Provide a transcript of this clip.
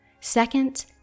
Second